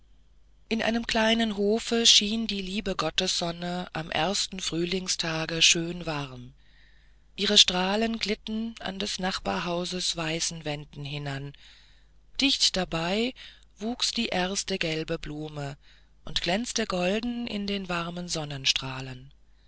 in einem kleinen hofe schien die liebe gottessonne am ersten frühlingstage schön warm ihre strahlen glitten an des nachbarhauses weißen wänden hinab dicht dabei wuchs die erste gelbe blume und glänzte golden in den warmen sonnenstrahlen